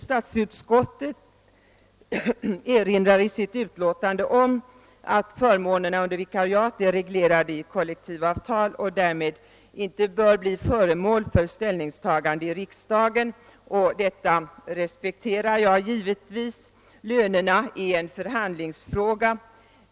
Statsutskottet erinrar i sitt utiåtande om att förmånerna under vikariat är reglerade i kollektivavtal och därför inte bör bli föremål för ställningstagande i riksdagen. Detta respekterar jag givetvis. Lönerna är en förhandlingsfråga.